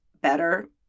better